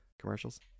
commercials